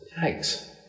Thanks